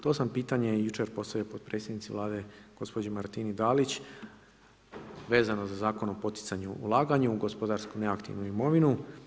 To sam pitanje i jučer postavio potpredsjednici Vlade, gospođi Martini Dalić, vezano za zakon o poticanju i ulaganju, u gospodarsku neaktivnu imovinu.